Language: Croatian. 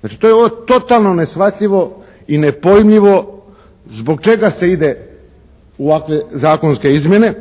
Znači to je ovo totalno neshvatljivo i nepojmljivo zbog čega se ide u ovakve zakonske izmjene,